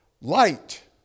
light